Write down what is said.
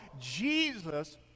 Jesus